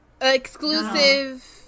exclusive